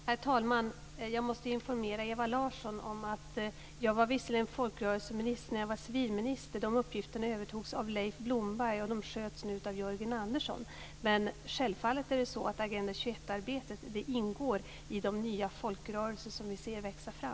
Herr talman! Jag måste informera Ewa Larsson om att jag visserligen var folkrörelseminister när jag var civilminister. Men de uppgifterna övertogs av Leif Blomberg, och sköts nu av Jörgen Andersson. Självfallet ingår Agenda 21-arbetet i de nya folkrörelser som vi ser växa fram.